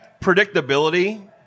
predictability